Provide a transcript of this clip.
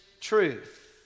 truth